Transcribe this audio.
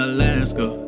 Alaska